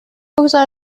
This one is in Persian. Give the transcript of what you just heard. بگذار